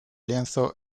lienzo